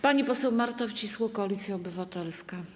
Pani poseł Marta Wcisło, Koalicja Obywatelska.